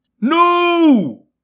No